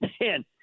man